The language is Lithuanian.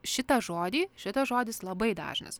šitą žodį šitas žodis labai dažnas